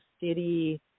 City